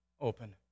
open